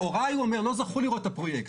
הוריי, הוא אומר, לא זכו לראות את הפרויקט.